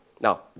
Now